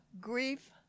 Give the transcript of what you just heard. grief